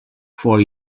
for